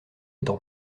étant